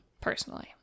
personally